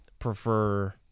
prefer